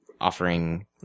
offering